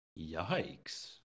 Yikes